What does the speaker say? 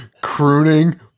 crooning